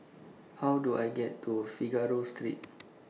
How Do I get to Figaro Street